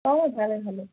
অঁ ভালে ভালে